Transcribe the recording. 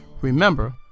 Remember